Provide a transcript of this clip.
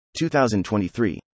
2023